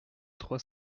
trois